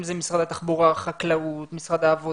אם זה משרד התחבורה, חקלאות, משרד העבודה,